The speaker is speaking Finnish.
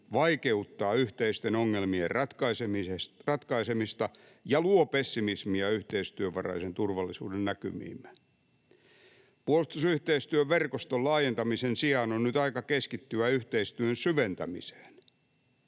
vaikeuttaa yhteisten ongelmien ratkaisemista ja luo pessimismiä yhteistyövaraisen turvallisuuden näkymiimme. Puolustusyhteistyön verkoston laajentamisen sijaan nyt on aika keskittyä yhteistyön syventämiseen.